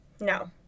No